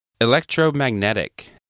Electromagnetic